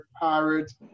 Pirates